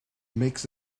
makes